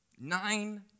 nine